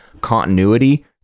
continuity